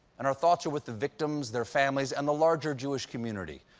and our thoughts are with the victims, their families, and the larger jewish community.